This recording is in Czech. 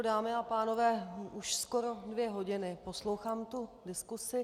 Dámy a pánové, už skoro dvě hodiny poslouchám diskusi.